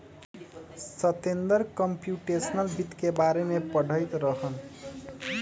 Satender computational वित्त के बारे में पढ़ईत रहन